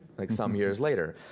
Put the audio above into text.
like some years later.